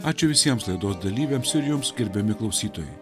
ačiū visiems laidos dalyviams ir jums gerbiami klausytojai